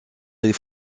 des